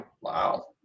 wow